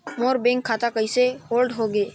मोर bank खाता कइसे hold होगे?